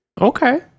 Okay